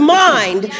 mind